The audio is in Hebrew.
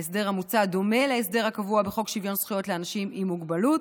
ההסדר המוצע דומה להסדר הקבוע בחוק שוויון זכויות לאנשים עם מוגבלות.